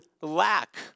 lack